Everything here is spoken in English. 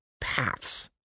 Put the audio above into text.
paths